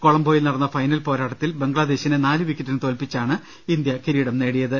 കൊളംബോയിൽ നടന്ന ഫൈനൽ പോരാട്ടത്തിൽ ബംഗ്ലാദേശിനെ നാലു വിക്കറ്റിന് തോല്പിച്ചാണ് ഇന്ത്യ കിരീടം നേടിയത്